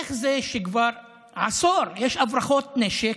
איך זה שכבר עשור יש הברחות נשק,